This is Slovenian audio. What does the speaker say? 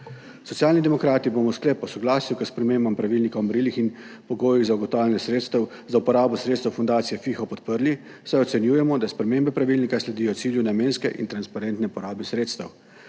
Socialni demokrati bomo sklep o soglasju k spremembam pravilnika o merilih in pogojih za uporabo sredstev fundacije FIHO podprli, saj ocenjujemo, da spremembe pravilnika sledijo cilju namenske in transparentne porabe sredstev,